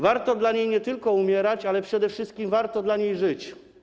Warto dla niej nie tylko umierać, ale przede wszystkim warto dla niej żyć.